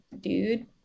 dude